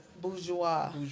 Bourgeois